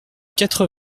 quatre